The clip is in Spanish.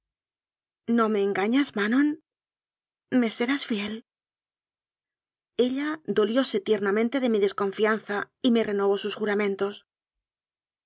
no me engañas manon me serás fiel ella dolióse tiernamen te de mi desconfianza y me renovó sus jura